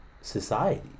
society